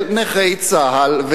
של נכי צה"ל,